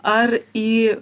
ar į